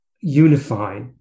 unify